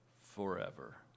forever